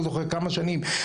לא זוכר כמה שנים.